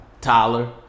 Tyler